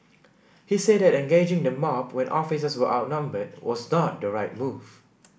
he said that engaging the mob when officers were outnumbered was not the right move